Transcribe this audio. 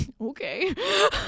okay